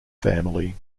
family